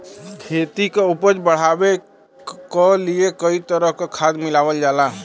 खेती क उपज बढ़ावे क लिए कई तरह क खाद मिलावल जाला